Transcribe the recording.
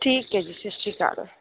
ਠੀਕ ਹੈ ਜੀ ਸਤਿ ਸ਼੍ਰੀ ਅਕਾਲ